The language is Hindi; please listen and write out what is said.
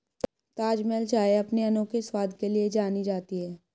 ताजमहल चाय अपने अनोखे स्वाद के लिए जानी जाती है